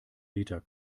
liter